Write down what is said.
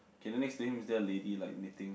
can I next doing Misses lady like meeting